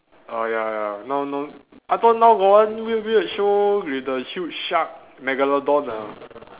oh ya ya now no I thought now got one weird weird show with the huge shark Megalodon ah